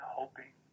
hoping